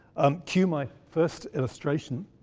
um cue my first illustration